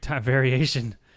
variation